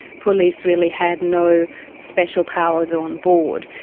police really had no special powers on board.